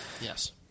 Yes